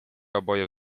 oboje